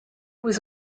was